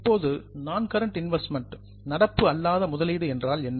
இப்போது நான் கரன்ட் இன்வெஸ்ட்மெண்ட்ஸ் நடப்பு அல்லாத முதலீடு என்றால் என்ன